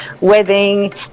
wedding